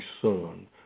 son